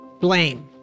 Blame